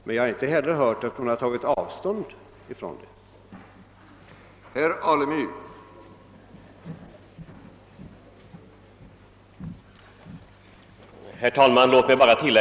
Men jag har inte hört att hon tagit avstånd från detta sätt.